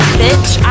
bitch